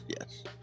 yes